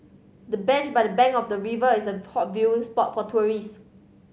the bench by the bank of the river is a hot viewing spot for tourist